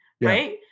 Right